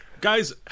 Guys